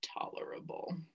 tolerable